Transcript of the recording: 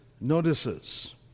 notices